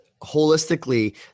holistically